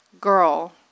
girl